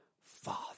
Father